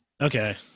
Okay